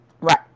Right